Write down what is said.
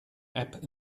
app